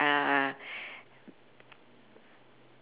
uh